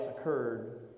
occurred